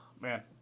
Man